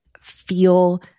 feel